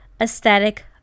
aesthetic